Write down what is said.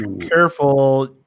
careful